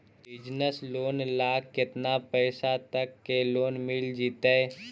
Business loan ल केतना पैसा तक के लोन मिल जितै?